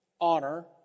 honor